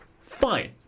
fine